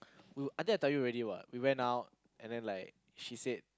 you I think I tell you already what we went out and then like she said